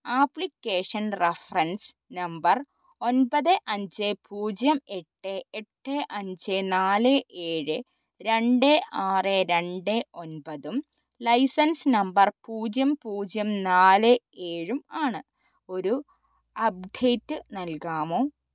application reference number ഒൻപത് അഞ്ച് പൂജ്യം എട്ട് എട്ട് അഞ്ച് നാല് നാല് ഏഴ് രണ്ട് ആറ് രണ്ട് ഒൻപതും ലൈസെൻസ് നമ്പർ പൂജ്യം പൂജ്യം നാല് ഏഴും ആണ് ഒരു അപ്ഡേറ്റ് നൽകാമോ